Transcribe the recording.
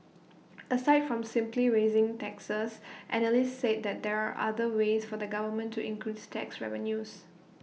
aside from simply raising taxes analysts said that there are other ways for the government to increase tax revenues